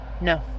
no